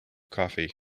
coffee